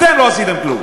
אתם לא עשיתם כלום.